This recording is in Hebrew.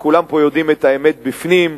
וכולם פה יודעים את האמת בפנים,